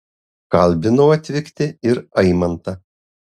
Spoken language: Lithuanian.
kalbinau atvykti ir aimantą